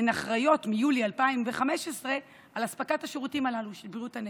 הן אחראיות מיולי 2015 על אספקת השירותים הללו של בריאות הנפש.